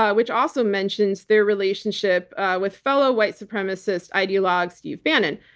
ah which also mentions their relationship with fellow white supremacist ideologue, steve bannon.